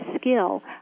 skill